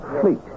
Fleet